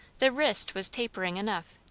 the wrist was tapering enough,